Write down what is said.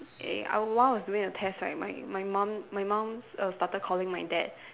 eh I while I was doing the test right my my mum my mum err started calling my dad